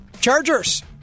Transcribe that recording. Chargers